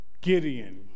Gideon